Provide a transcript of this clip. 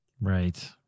Right